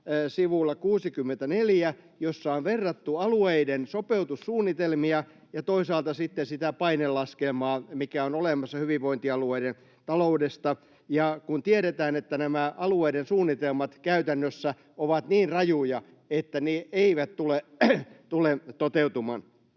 sivulla 64, jossa on verrattu alueiden sopeutussuunnitelmia ja toisaalta sitten sitä painelaskelmaa, mikä on olemassa hyvinvointialueiden taloudesta, kun tiedetään, että nämä alueiden suunnitelmat käytännössä ovat niin rajuja, että ne eivät tule toteutumaan.